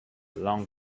long